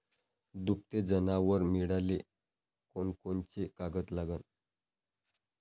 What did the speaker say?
दुभते जनावरं मिळाले कोनकोनचे कागद लागन?